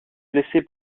blessé